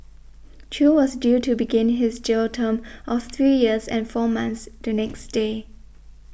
chew was due to begin his jail term of three years and four months the next day